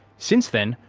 since then,